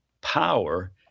power